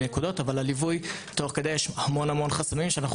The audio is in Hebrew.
נקודות אבל בליווי תוך כדי יש המון חסמים שאנחנו